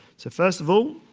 so first of all,